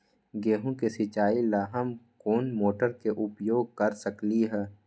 गेंहू के सिचाई ला हम कोंन मोटर के उपयोग कर सकली ह?